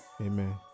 Amen